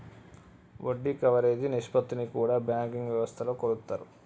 వడ్డీ కవరేజీ నిష్పత్తిని కూడా బ్యాంకింగ్ వ్యవస్థలో కొలుత్తారు